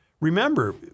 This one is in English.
Remember